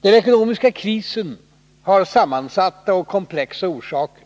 Den ekonomiska krisen har sammansatta och komplexa orsaker.